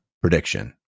prediction